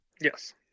Yes